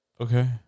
Okay